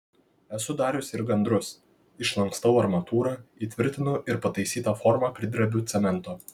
esu dariusi ir gandrus išlankstau armatūrą įtvirtinu ir pataisytą formą pridrebiu cemento